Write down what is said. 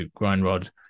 Grindrod